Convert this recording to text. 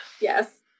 Yes